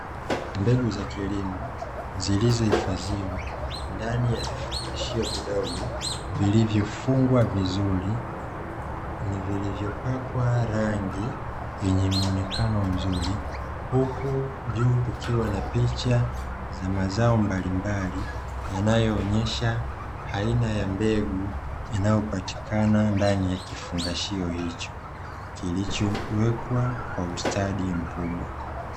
Mbegu za kilimo zilizohifadhiwa ndani ya vifungashio vidogo vilivyofungwa vizuri vilivyopakwa rangi yenye muonekano mzuri, huku juu ukiwa na picha ya mazao mbalimbali yanayoonyesha aina ya mbegu inayopatikana ndani ya vifungashio hivyo vilivyowekwa kwa ustadi mkubwa.